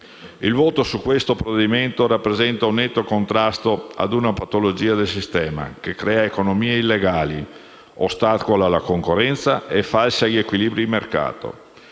Il voto su questo provvedimento rappresenta un netto contrasto a una patologia del sistema, che crea economie illegali, ostacola la concorrenza e falsa gli equilibri di mercato.